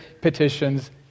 petitions